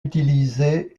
utilisé